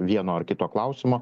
vieno ar kito klausimo